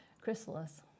chrysalis